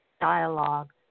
dialogue